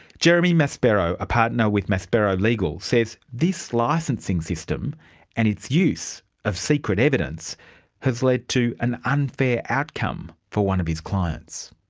jeremy maspero, a partner with maspero legal, says this licensing system and its use of secret evidence has led to an unfair outcome for one of his clients.